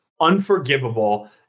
unforgivable